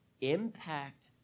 impact